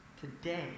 today